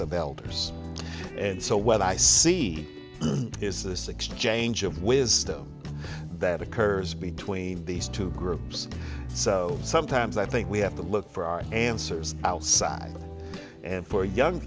of elders and so what i see is this exchange of wisdom that occurs between these two groups so sometimes i think we have to look for our answers outside and for young